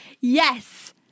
yes